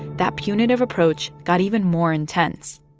that punitive approach got even more intense.